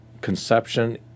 conception